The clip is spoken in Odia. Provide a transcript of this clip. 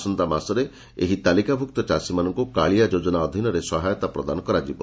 ଆସନ୍ତା ମାସରେ ଏହି ତାଲିକାଭୁକ୍ତ ଚାଷୀମାନଙ୍କୁ କାଳିଆ ଯୋଜନା ଅଧୀନରେ ସହାୟତା ପ୍ରଦାନ କରାଯିବ